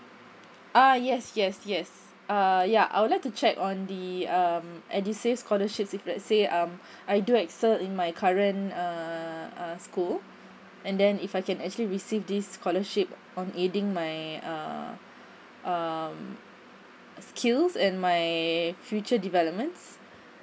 uh yes yes yes uh ya I would like to check on the um edusave scholarships if let's say um I do excel in my current uh uh school and then if I can actually receive this scholarship on aiding my uh um skills and my future developments